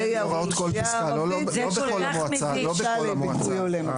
לגבי האוכלוסייה הערבית יש דרישה לביטוי הולם,